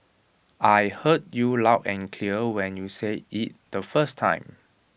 I heard you loud and clear when you said IT the first time